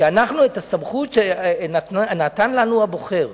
שאת הסמכות שנתן לנו הבוחר,